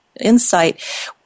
insight